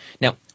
now